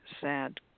sad